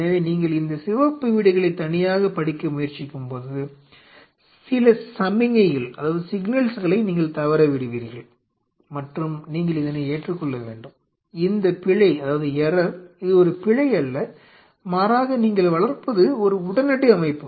எனவே நீங்கள் இந்த சிவப்பு வீடுகளை தனியாகப் படிக்க முயற்சிக்கும்போது சில சமிக்ஞைகளை நீங்கள் தவற விடுவீர்கள் மற்றும் நீங்கள் இதனை ஏற்றுக்கொள்ள வேண்டும் இந்த பிழை இது ஒரு பிழை அல்ல மாறாக நீங்கள் வளர்ப்பது ஒரு உடனடி அமைப்பு